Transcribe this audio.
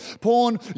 porn